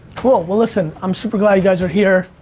cool, well listen, i'm super glad you guys are here.